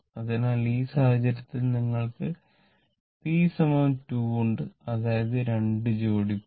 അതിനാൽ ഈ സാഹചര്യത്തിൽ നിങ്ങൾക്ക് p 2 ഉണ്ട് അതായത് രണ്ട് ജോഡി പോൾ